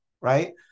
right